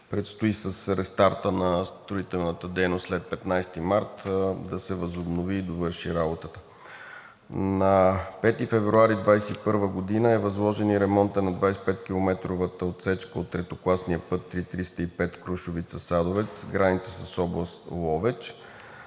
Предстои с рестарта на строителната дейност след 15 март да се възобнови и довърши работата. На 5 февруари 2021 г. е възложен и ремонтът на 25 километровата отсечка от третокласния път III 305 Крушовица – Садовец – граница с област Ловеч.